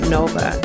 Nova